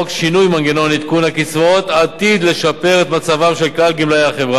שינוי מנגנון עדכון הקצבאות עתיד לשפר את מצבם של כלל גמלאי החברה,